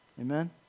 Amen